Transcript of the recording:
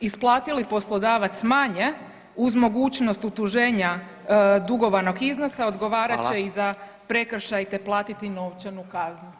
Isplati li poslodavac manje uz mogućnost utuženja dugovanog iznosa odgovarat će i za prekršaj, te platiti novčanu kaznu.